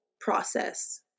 process